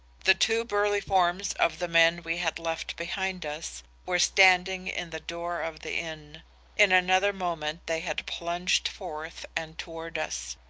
the two burly forms of the men we had left behind us were standing in the door of the inn in another moment they had plunged forth and towards us.